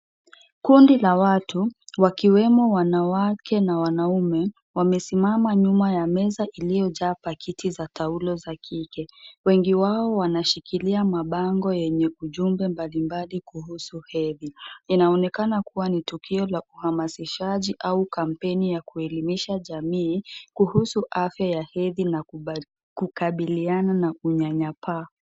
Kundi la watu wakiwemo wanawake na wanaume wamesimama nyuma ya meza iliyojaa pakiti za toulo za kike, wengi wao wanashikilia mabango yenye ujumbe mbalimbali kuhusu heri, inaonekana kuwa ni tukio la uhamasishaji au kampeni ya kuelimisha jamii kuhusu afya ya hedhi na kukabiliana na unyanyapaa.